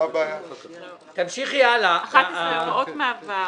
"הוראת מעבר